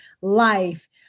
life